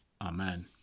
Amen